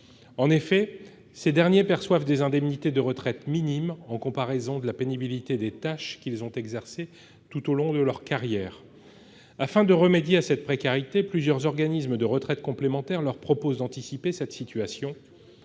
En effet, ces derniers perçoivent des indemnités de retraite minimes, en comparaison de la pénibilité des tâches qu'ils ont exercées tout au long de leur carrière. Afin de remédier à cette précarité, plusieurs organismes de retraites complémentaires leur proposent d'anticiper cette situation.